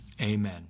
amen